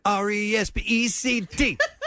Respect